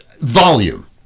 Volume